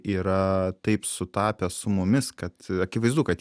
yra taip sutapę su mumis kad akivaizdu kad